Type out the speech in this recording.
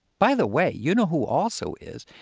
by the way, you know who also is,